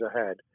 ahead